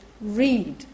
read